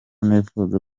nifuza